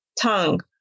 tongue